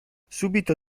subito